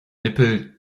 nippel